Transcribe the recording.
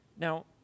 Now